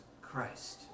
Christ